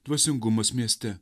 dvasingumas mieste